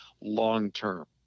long-term